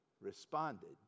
responded